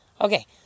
Okay